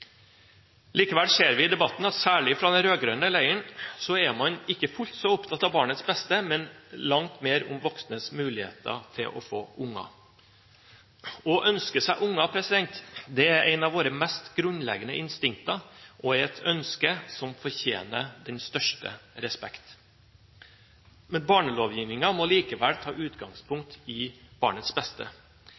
Likevel ser vi i debatten at særlig fra den rød-grønne leiren er man ikke fullt så opptatt av barnas beste, men langt mer av voksnes muligheter til å få barn. Å ønske seg barn er et av våre mest grunnleggende instinkter og et ønske som fortjener den største respekt. Men barnelovgivningen må likevel ta utgangspunkt i barnets beste.